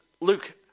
Luke